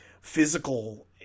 physical